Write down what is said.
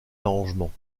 arrangement